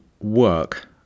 work